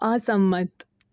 અસંમત